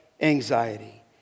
anxiety